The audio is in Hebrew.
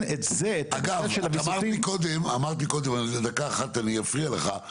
אגב, דקה אחת אני אפריע לך.